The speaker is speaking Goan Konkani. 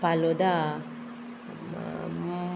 फालोदा